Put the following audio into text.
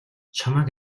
чамайг